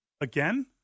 Again